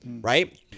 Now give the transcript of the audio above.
right